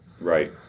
Right